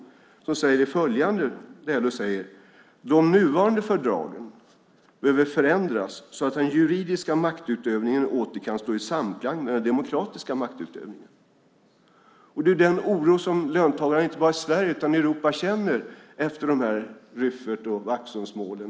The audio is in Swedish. LO säger följande: De nuvarande fördragen behöver förändras så att den juridiska maktutövningen åter kan stå i samklang med den demokratiska maktutövningen. Det är den oron som löntagarna inte bara i Sverige utan i Europa känner efter Rüffert och Vaxholmsmålen.